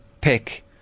pick